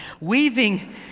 Weaving